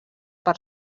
per